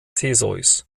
theseus